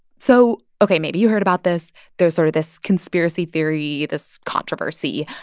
so ok, maybe you heard about this. there's sort of this conspiracy theory, this controversy.